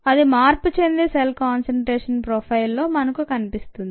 అది మార్పు చెందే సెల్ కాన్సంట్రేషన్ ప్రోఫైల్లో మనకు కనిపిస్తుంది